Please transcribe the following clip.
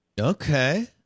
Okay